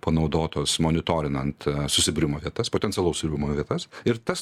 panaudotos monitorinant susibūrimo vietas potencialaus jų buvimo vietas ir tas